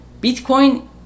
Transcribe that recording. Bitcoin